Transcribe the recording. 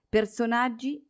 Personaggi